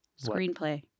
Screenplay